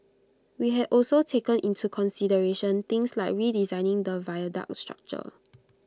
we had also taken into consideration things like redesigning the viaduct structure